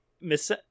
Miss